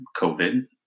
COVID